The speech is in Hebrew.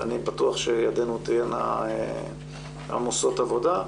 אני בטוח שידינו תהיינה עמוסות עבודה.